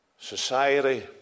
Society